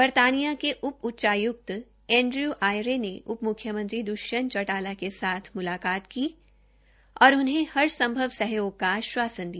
बर्तानिया के उप उच्चाय्क्त एंड्रयू आयरे ने उप म्ख्यमंत्री द्ष्यंत चौटाला के साथ म्लाकात की और उन्हें हर संभव सहयोग का आस्वासन किया